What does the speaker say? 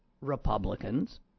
Republicans